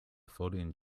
folding